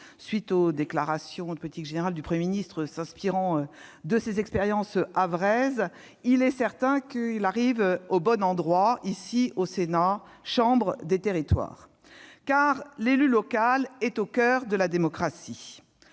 suite de la déclaration de politique générale du Premier ministre s'inspirant de ses expériences havraises, il arrive certainement au bon endroit, au Sénat, chambre des territoires. L'élu local est au coeur de la démocratie.